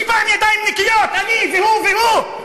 אני בא בידיים נקיות, אני והוא, והוא.